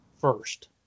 first